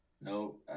No